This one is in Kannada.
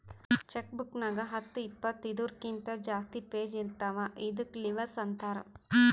ಚೆಕ್ ಬುಕ್ ನಾಗ್ ಹತ್ತು ಇಪ್ಪತ್ತು ಇದೂರ್ಕಿಂತ ಜಾಸ್ತಿ ಪೇಜ್ ಇರ್ತಾವ ಇದ್ದುಕ್ ಲಿವಸ್ ಅಂತಾರ್